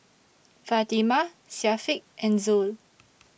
Fatimah Syafiq and Zul